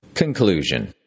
Conclusion